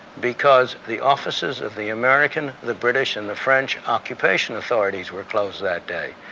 because the offices of the american, the british, and the french occupation authorities were closed that day.